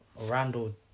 Randall